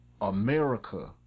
America